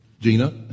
Gina